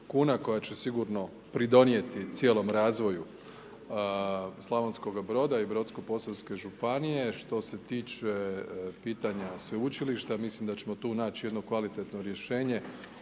koja će sigurno pridonijeti cijelome razvoju Slavonskog Broda i Brodsko-posavske županije. Što se tiče pitanja Sveučilišta, mislim da ćemo tu naći jedno kvalitetno rješenje